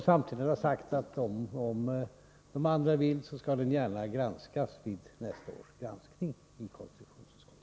Samtidigt har han sagt att om andra vill, skall man gärna ta upp denna fråga till granskning i konstitutionsutskottet.